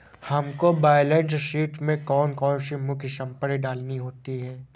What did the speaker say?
हमको balance sheet में कौन कौन सी मुख्य संपत्ति डालनी होती है?